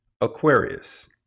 Aquarius